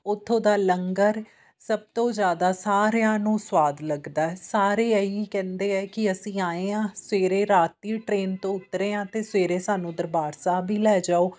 ਉੱਥੋਂ ਦਾ ਲੰਗਰ ਸਭ ਤੋਂ ਜ਼ਿਆਦਾ ਸਾਰਿਆਂ ਨੂੰ ਸਵਾਦ ਲੱਗਦਾ ਸਾਰੇ ਇਹ ਹੀ ਕਹਿੰਦੇ ਹੈ ਕਿ ਅਸੀਂ ਆਏ ਹਾਂ ਸਵੇਰੇ ਰਾਤ ਦੀ ਟ੍ਰੇਨ ਤੋਂ ਉਤਰੇ ਹਾਂ ਅਤੇ ਸਵੇਰੇ ਸਾਨੂੰ ਦਰਬਾਰ ਸਾਹਿਬ ਵੀ ਲੈ ਜਾਓ